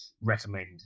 recommend